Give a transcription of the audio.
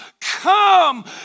come